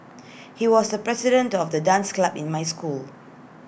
he was the president of the dance club in my school